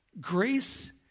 Grace